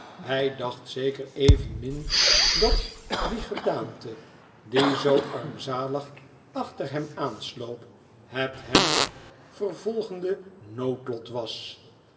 hij dacht zeker evenmin dat die gedaante die zoo armzalig achter hem aansloop het hem vervolgende noodlot was